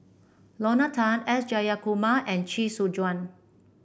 Lorna Tan S Jayakumar and Chee Soon Juan